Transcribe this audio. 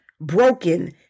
broken